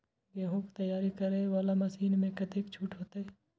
गेहूं तैयारी करे वाला मशीन में कतेक छूट होते?